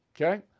Okay